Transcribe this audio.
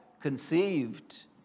conceived